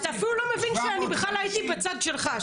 אפילו לא מבין שאני בכלל הייתי בצד שלך.